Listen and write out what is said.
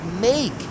make